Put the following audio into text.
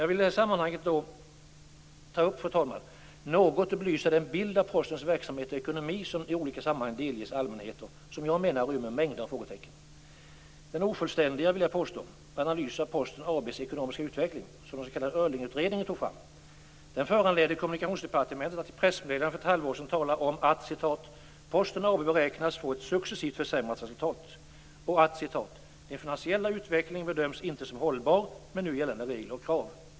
Jag vill i det här sammanhanget, fru talman, ta upp och något belysa den bild av Postens verksamhet och ekonomi som i olika sammanhang delges allmänheten och som jag menar rymmer mängder av frågetecken. Den ofullständiga, vill jag påstå, Analys av Posten AB:s ekonomiska utveckling som den s.k. Öhrlingutredningen tog fram föranledde Kommunikationsdepartementet att i ett pressmeddelande för ett halvår sedan tala om att "Posten AB beräknas få ett successivt försämrat resultat" och: "Den finansiella utvecklingen bedöms inte som hållbar med nu gällande regler och krav."